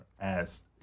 asked